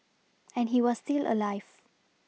and he was still alive